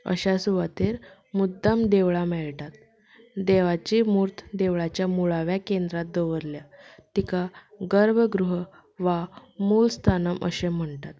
अशा सुवातेर मुद्दम देवळां मेळटात देवाची मूर्त देवळाच्या मुळाव्या केंद्रांत दवरल्या तिका गर्भ गृह वा मुळस्थान अशें म्हणटात